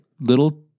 little